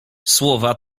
słowa